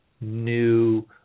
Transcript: new